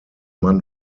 mann